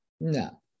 No